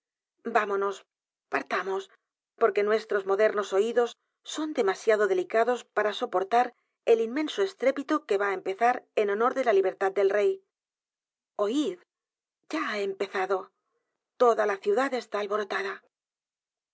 o s porque nuestros modernos oídos son demasiado delicados para soportar el inmenso estrépito que va á empezar en honor de la libertad del rey oid ya h a empezado toda la ciudad está alborotada